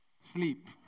sleep